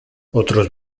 otros